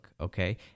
okay